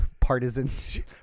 partisanship